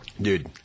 Dude